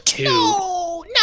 No